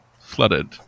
flooded